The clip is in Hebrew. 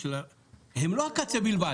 הם לא הקצה בלבד.